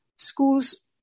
Schools